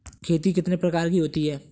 खेती कितने प्रकार की होती है?